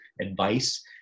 advice